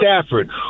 Stafford